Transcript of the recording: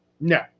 No